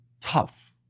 tough